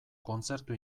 kontzertu